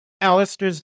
Alistair's